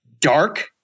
dark